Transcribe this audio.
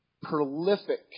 Prolific